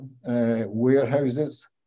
warehouses